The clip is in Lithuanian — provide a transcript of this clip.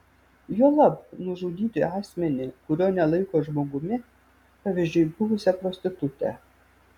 juolab nužudyti asmenį kurio nelaiko žmogumi pavyzdžiui buvusią prostitutę